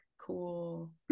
cool